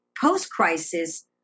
post-crisis